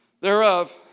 thereof